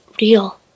real